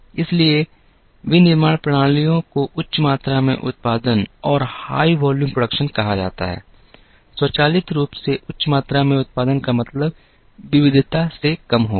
इसलिए विनिर्माण प्रणालियों को उच्च मात्रा में उत्पादन कहा जाता है स्वचालित रूप से उच्च मात्रा में उत्पादन का मतलब विविधता से कम होगा